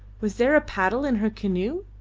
was there a paddle in her canoe?